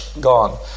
gone